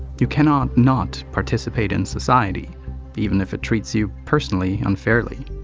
you cannot not participate in society even if it treats you, personally, unfairly.